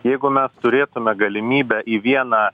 jeigu mes turėtume galimybę į vieną